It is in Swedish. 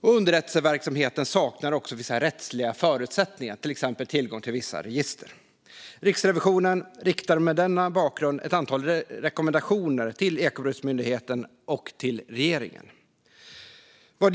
Underrättelseverksamheten saknar också vissa rättsliga förutsättningar, till exempel tillgång till vissa register. Riksrevisionen riktar mot denna bakgrund ett antal rekommendationer till Ekobrottsmyndigheten och till regeringen.